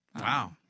Wow